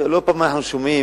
לא פעם אנחנו שומעים,